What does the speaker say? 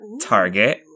target